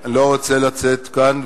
אני לא רוצה לצאת כאן.